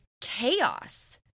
chaos